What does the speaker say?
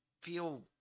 feel